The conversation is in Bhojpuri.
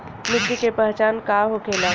मिट्टी के पहचान का होखे ला?